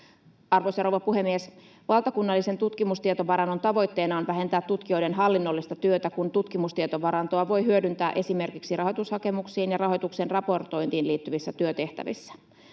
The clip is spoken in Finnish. Arvoisa rouva puhemies! Valtakunnallisen tutkimustietovarannon tavoitteena on vähentää tutkijoiden hallinnollista työtä, kun tutkimustietovarantoa voi hyödyntää esimerkiksi rahoitushakemuksiin ja rahoituksen raportointiin liittyvissä työtehtävissä.